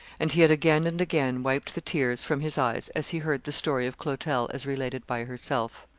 and he had again and again wiped the tears from his eyes as he heard the story of clotel as related by herself.